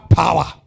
power